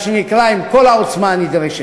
מה שנקרא, עם כל העוצמה הנדרשת.